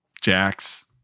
Jax